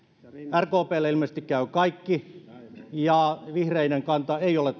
rkplle ilmeisesti käy kaikki ja vihreiden kanta talouspolitiikkaan ei ole